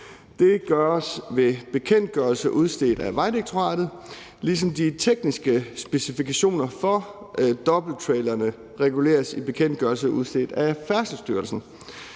Det gøres ved bekendtgørelse udstedt af Vejdirektoratet, ligesom de tekniske specifikationer for dobbelttrailerne reguleres i bekendtgørelse udstedt af Færdselsstyrelsen.